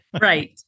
Right